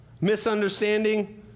misunderstanding